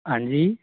हाँ जी